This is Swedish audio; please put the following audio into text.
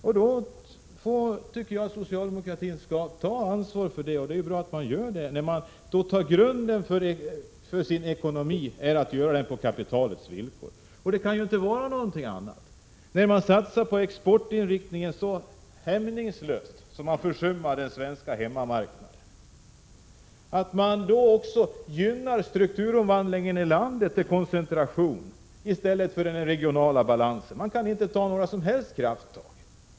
Jag tycker att socialdemokratin skall ta ansvar för det. Men grunden för ekonomin är byggd på kapitalets villkor. Det kan inte vara på något annat sätt när man satsar på exporten så hämningslöst att man försummar den svenska hemmamarknaden. Man gynnar koncentration i stället för regional balans när det gäller strukturomvandlingen i landet. Man kan inte ta några som helst krafttag.